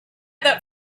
that